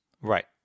Right